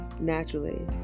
naturally